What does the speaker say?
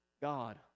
God